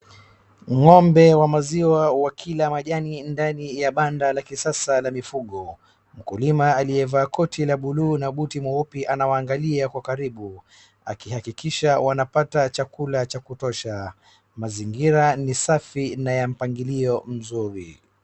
Ngombe wa maziwa wakila majani ndani ya banda la kisasa la mifugo, mkulima aliyevaa koti la buluu na buti mweupe anawaangalia kwa karibu akihakikisha wanapata chakula cha kutosha. Mazingira ni safi na ya mpangilio mzuri.